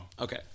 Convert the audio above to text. Okay